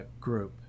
group